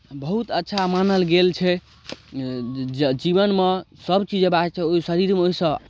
बहुत अच्छा मानल गेल छै ज् जीवनमे सभ चीज हेबाक चाही ओहि शरीरमे ओहिसँ